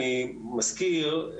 אני מזכיר,